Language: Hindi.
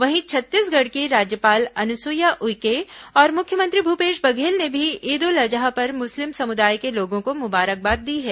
वहीं छत्तीसगढ़ की राज्यपाल अनुसुईया उइके और मुख्यमंत्री भूपेश बघेल ने भी ईद उल अजहा पर मुस्लिम समुदाय के लोगों को मुबारकबाद दी हैं